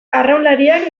arraunlariak